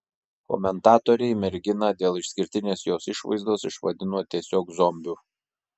komentatoriai merginą dėl išskirtinės jos išvaizdos išvadino tiesiog zombiu